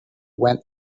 went